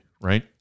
right